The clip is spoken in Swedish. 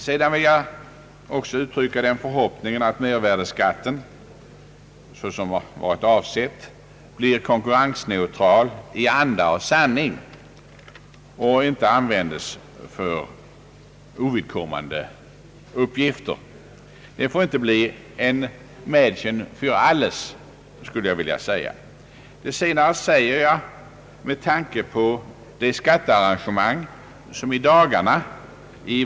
Sedan vill jag också uttrycka den förhoppningen att mervärdeskatten, såsom varit avsett, blir konkurrensneutral i anda och sanning och inte användes för ovidkommande uppgifter. Den får inte bli en »Mädchen fär alles», så att säga. Det senare säger jag med tanke på de skattearrangemang, som i dagarna i va Ang.